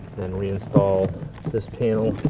and reinstall this panel.